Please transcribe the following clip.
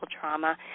trauma